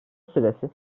süresi